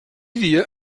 dia